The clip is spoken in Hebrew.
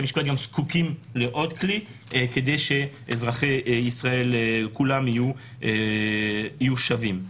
משפט זקוקים לעוד כלי כדי שאזרחי ישראל כולם יהיו שווים,